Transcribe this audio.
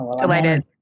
Delighted